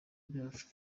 byacu